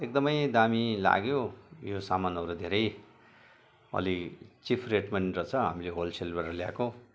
एकदमै दामी लाग्यो यो सामानहरू धेरै अलि चिप रेट पनि रहेछ मैले होलसेलबाट ल्याएको